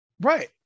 Right